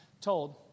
told